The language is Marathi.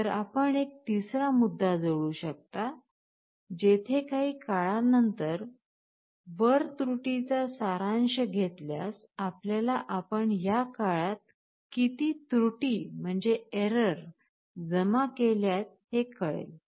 तर आपण एक तिसरा मुद्दा जोडू शकता जेथे काही काळानंतरा वर त्रुटीचा सारांश घेतल्यास आपल्याला आपण ह्या काळात किती त्रुटी एरर जमा केल्यात हे कळेल